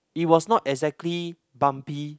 it was not exactly bumpy